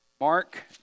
Mark